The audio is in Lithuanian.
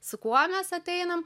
su kuo mes ateinam